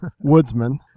woodsman